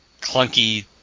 clunky